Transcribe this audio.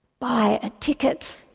buy a ticket.